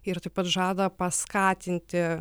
ir taip pat žada paskatinti